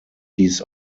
dies